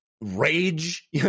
rage